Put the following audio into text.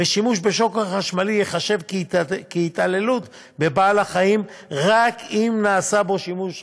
ושימוש בשוקר חשמלי ייחשב התעללות בבעל-החיים רק אם נעשה בו שימוש חוזר,